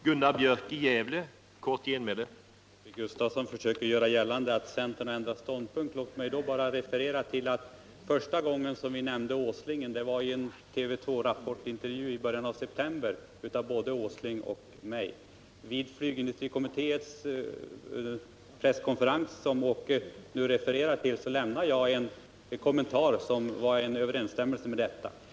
Herr talman! Åke Gustavsson försöker göra gällande att centern har ändrat ståndpunkt. Låt mig då bara referera till att det första tillfälle då vi nämnde Åslingen var i en Rapportintervju i TV 2 i början av september, där både Nils Åsling och jag deltog. Vid flygindustrikommitténs presskonferens, som Åke Gustavsson nu refererar, lämnade jag en kommentar som stod i överensstämmelse med vad vi sagt i intervjun.